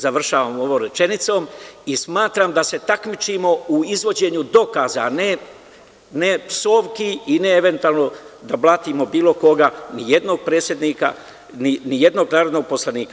Završavam ovom rečenicom i smatram da se takmičimo u izvođenju dokaza, a ne psovki i ne eventualno da blatimo bilo koga ni jednog predsednika, ni jednog narodnog poslanika.